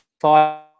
five